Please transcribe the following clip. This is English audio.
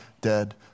dead